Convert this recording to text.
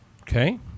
Okay